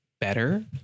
better